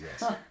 yes